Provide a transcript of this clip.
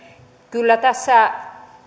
kyllä tässä